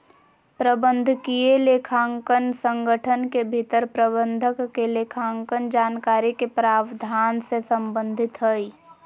प्रबंधकीय लेखांकन संगठन के भीतर प्रबंधक के लेखांकन जानकारी के प्रावधान से संबंधित हइ